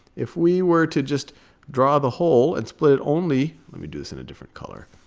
if we were to just draw the whole and split it only let me do this in a different color.